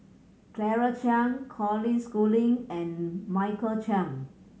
Claire Chiang Colin Schooling and Michael Chiang